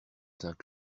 saint